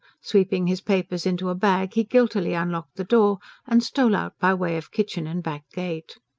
sweeping his papers into a bag, he guiltily unlocked the door and stole out by way of kitchen and back gate.